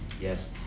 Yes